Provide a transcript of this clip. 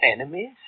enemies